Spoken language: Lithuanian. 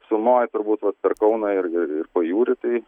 sumoj turbūt vat per kauną ir ir ir pajūrį tai